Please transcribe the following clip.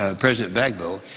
ah president gbagbo,